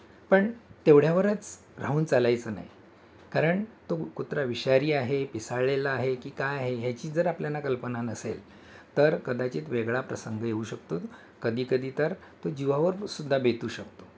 पण तेवढ्यावरच राहून चालायचं नाही कारण तो कुत्रा विषारी आहे पिसाळलेला आहे की काय आहे ह्याची जर आपल्याला कल्पना नसेल तर कदाचित वेगळा प्रसंग येऊ शकतो कधीकधी तर तो जीवावरसुद्धा बेतू शकतो